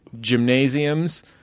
gymnasiums